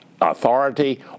authority